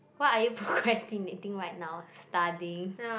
what are you procrastinating right now studying